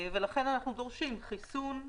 לכן אנחנו דורשים חיסון.